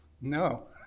No